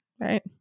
right